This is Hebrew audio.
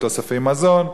לתוספי מזון.